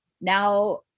now